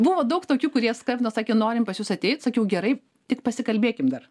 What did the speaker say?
buvo daug tokių kurie skambino sakė norim pas jus ateit sakiau gerai tik pasikalbėkim dar